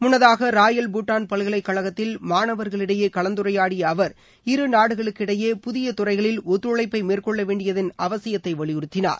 முன்னதாக ராயல் பூட்டாள் பல்கலைக் கழகத்தில் மாணவர்களிடையே கலந்துரையாடிய அவர் இருநாடுகளுக்கு இடையே புதிய துறைகளில் ஒத்துழைப்பை மேற்கொள்ள வேண்டியதன் அவசியத்தை வலியுறுத்தினார்